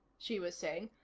she was saying,